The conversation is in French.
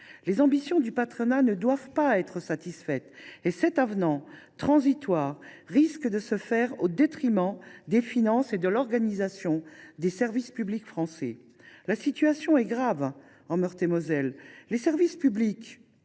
Les ambitions du patronat ne doivent pas être satisfaites, et cet avenant, transitoire, risque de se faire au détriment des finances et de l’organisation des services publics français. La situation est grave en Meurthe et Moselle. Les services publics